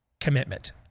commitment